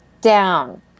down